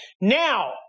now